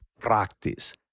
practice